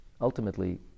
ultimately